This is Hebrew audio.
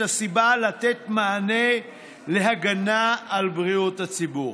הסיבה לתת מענה להגנה על בריאות הציבור.